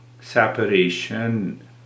separation